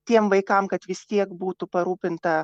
tiem vaikam kad vis tiek būtų parūpinta